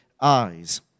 Eyes